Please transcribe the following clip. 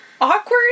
Awkward